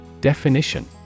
Definition